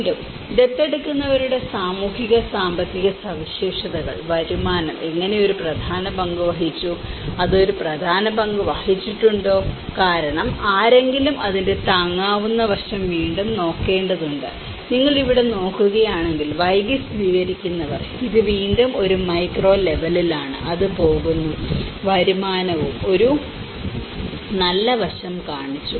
വീണ്ടും ദത്തെടുക്കുന്നവരുടെ സാമൂഹിക സാമ്പത്തിക സവിശേഷതകൾ വരുമാനം എങ്ങനെ ഒരു പ്രധാന പങ്ക് വഹിച്ചു അത് ഒരു പ്രധാന പങ്ക് വഹിച്ചിട്ടുണ്ടോ കാരണം ആരെങ്കിലും അതിന്റെ താങ്ങാനാവുന്ന വശം വീണ്ടും വീണ്ടും നോക്കേണ്ടതുണ്ട് നിങ്ങൾ ഇവിടെ നോക്കുകയാണെങ്കിൽ വൈകി സ്വീകരിക്കുന്നവർ ഇത് വീണ്ടും ഒരു മൈക്രോ ലെവലിലാണ് അത് പോകുന്നു വരുമാനവും ഒരു നല്ല വശം കാണിച്ചു